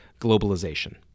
globalization